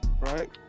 Right